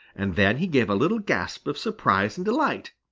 and then he gave a little gasp of surprise and delight.